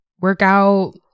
workout